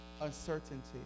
uncertainty